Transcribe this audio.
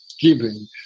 giving